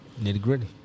nitty-gritty